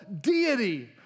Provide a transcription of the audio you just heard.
deity